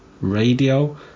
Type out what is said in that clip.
radio